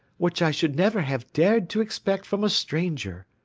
which i should never have dared to expect from a stranger.